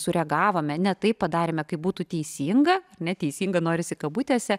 sureagavome ne taip padarėme kaip būtų teisinga ne teisinga norisi kabutėse